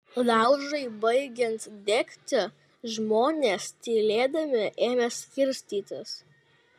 laužui baigiant degti žmonės tylėdami ėmė skirstytis